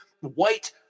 White